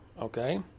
okay